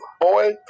Boy